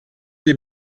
des